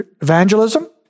evangelism